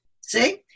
See